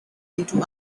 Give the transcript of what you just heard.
into